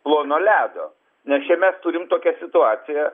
plono ledo nes čia mes turim tokią situaciją